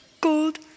gold